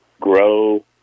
grow